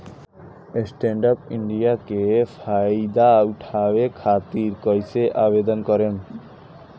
Stand up India के फाइदा उठाओ खातिर कईसे आवेदन करेम?